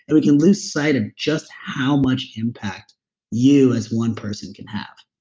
and we can lose sight of just how much impact you as one person can have.